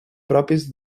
propis